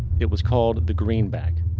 it was called the greenback.